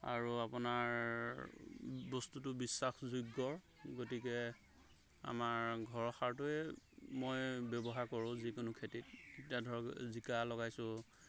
আৰু আপোনাৰ বস্তুটো বিশ্বাসযোগ্যৰ গতিকে আমাৰ ঘৰৰ সাৰটোয়ে মই ব্যৱহাৰ কৰোঁ যিকোনো খেতিত এতিয়া ধৰক জিকা লগাইছোঁ